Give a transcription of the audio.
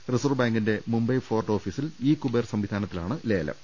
reserve ബാങ്കിന്റെ Mumbai fort ഓഫീസിൽ e Kuber സംവിധാന ത്തിലാണ് ലേലം